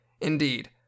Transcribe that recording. Indeed